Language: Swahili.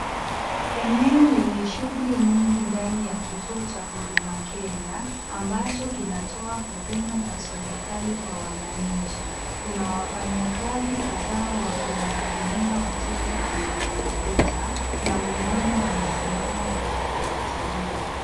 Eneo lenye shughuli nyingi ndani ya kituo cha Huduma Kenya. Ambacho kinatoa huduma za serikali kwa wananchi. Kuna wafanyikazi kadhaa wakiwahudumia wateja kwenye kompyuta na wengine wamesimama wakifuatilia.